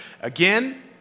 again